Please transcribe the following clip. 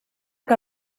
que